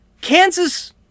Kansas